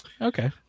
Okay